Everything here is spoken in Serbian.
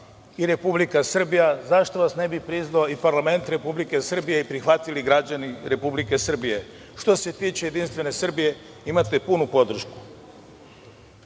i Republika Srbija, zašto vas ne bi priznao i parlament Republike Srbije i prihvatili građani Republike Srbije. Što se tiče JS imate punu